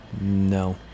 no